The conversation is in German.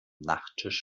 nachttisch